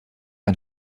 ein